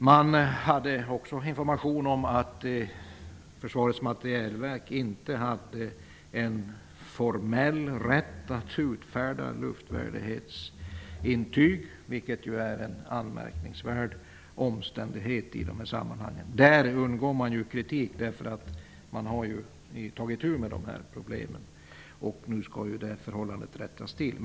Det fanns också information om att försvarets materielverk inte hade någon formell rätt att utfärda luftvärdighetsintyg, vilket är en anmärkningsvärd omständighet i dessa sammanhang. Regeringen undgår kritik på den punkten, eftersom man har tagit itu med problemen, och förhållandena nu skall rättas till.